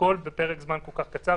והכול בפרק זמן כל-כך קצר.